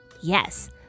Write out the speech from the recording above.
Yes